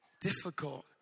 difficult